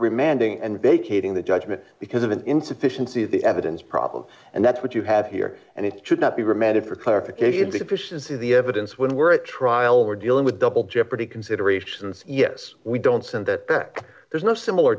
remanding and vacating the judgment because of an insufficiency of the evidence problem and that's what you have here and it should not be remanded for clarification deficiency the evidence when we're a trial we're dealing with double jeopardy considerations yes we don't send that there's no similar